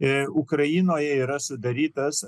ukrainoje yra sudarytas